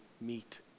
meet